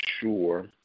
sure